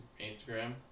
Instagram